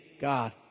God